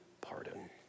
pardon